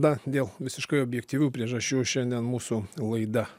na dėl visiškai objektyvių priežasčių šiandien mūsų laida